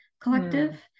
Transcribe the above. Collective